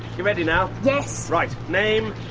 you ready now? yes! right, name?